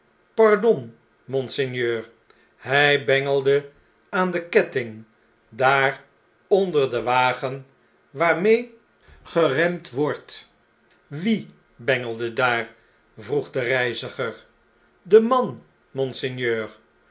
pardon monseigneur hy bengelde aan den ketting daar onder den wagen waarmee geremd wordt wie bengelde daar vroeg de reiziger de man monseigneur